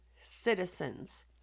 citizens